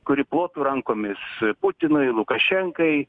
kuri plotų rankomis putinui lukašenkai